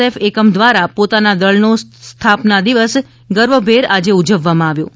F એકમ દ્વારા પોતાના દળનો સ્થાપના દિવસ ગર્વભેર આજે ઉજવવામાં આવ્યો હતો